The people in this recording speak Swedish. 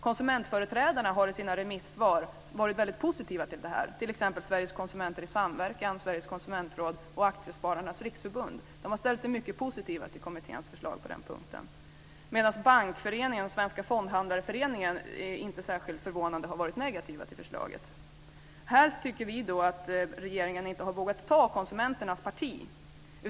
Konsumentföreträdarna har i sina remissvar varit väldigt positiva till det här, t.ex. Sveriges Konsumenter i Samverkan, Sveriges Konsumentråd och Sveriges Aktiesparares Riksförbund. De har ställt sig mycket positiva till kommitténs förslag på den punkten. Däremot har Svenska Bankföreningen och Svenska Fondhandlareföreningen - inte särskilt förvånande - varit negativa till förslaget. Här tycker vi att regeringen inte har vågat ta konsumenternas parti.